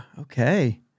okay